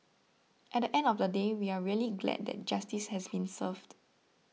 at the end of the day we are really glad that justice has been served